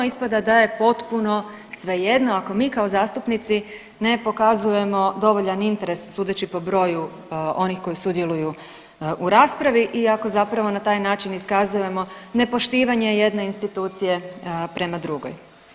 Ispada da je potpuno svejedno ako mi kao zastupnici ne pokazujemo dovoljan interes sudeći po broju onih koji sudjeluju u raspravi i ako zapravo na taj način iskazujemo nepoštivanje jedne institucije prema drugoj.